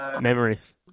Memories